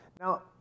Now